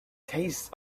tastes